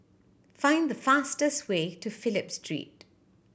find the fastest way to Phillip Street